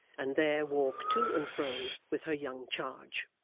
and there walk to and fro with her young charge.